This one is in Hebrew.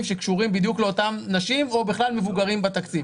שקשורים בדיוק לאותן נשים או בכלל למבוגרים בתקציב.